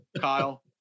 kyle